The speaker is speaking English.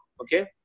okay